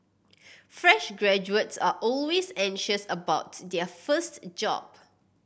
fresh graduates are always anxious about their first job